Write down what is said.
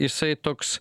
jisai toks